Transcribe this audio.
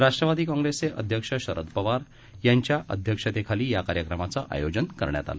राष्ट्रवादी काँग्रेसचे अध्यक्ष शरद पवार यांच्या अध्यक्षतेखाली या कार्यक्रमांचं आयोजन करण्यात आलं